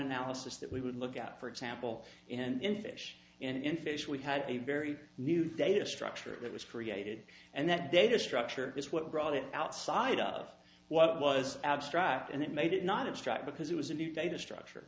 analysis that we would look at for example and in fish and in fish we had a very new data structure that was created and that data structure is what brought it outside of what was abstract and it made it not attract because it was a new data structure